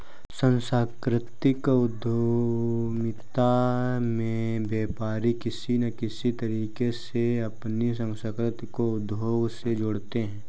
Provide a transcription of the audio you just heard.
सांस्कृतिक उद्यमिता में व्यापारी किसी न किसी तरीके से अपनी संस्कृति को उद्योग से जोड़ते हैं